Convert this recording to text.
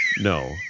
no